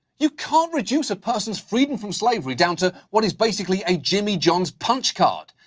you can't reduce a person's freedom from slavery down to what is basically a jimmy johns punch card.